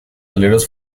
aleros